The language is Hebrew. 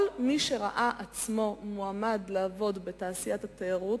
כל מי שראה עצמו מועמד לעבוד בתעשיית התיירות,